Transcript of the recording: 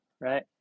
right